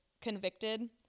convicted